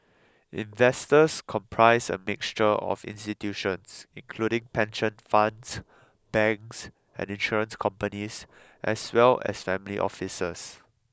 investors comprise a mixture of institutions including pension funds banks and insurance companies as well as family offices